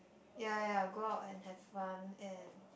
ya ya go out and have fun and